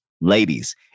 ladies